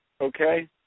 okay